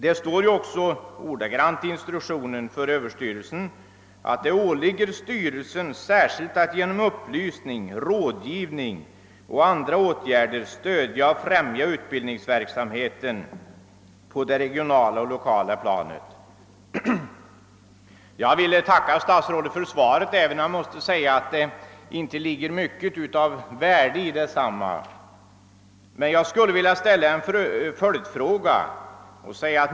Det står också ordagrant i instruktionen för skolöverstyrelsen att »det åligger styrelsen särskilt att genom upplysning, rådgivning och andra åtgärder stödja och främja utbildningsverk samheten på det regionala och lokala planet». Jag vill tacka statsrådet för svaret även om jag måste säga att det inte ligger mycket av värde i detsamma. Men jag skulle vilja ställa en följdfråga.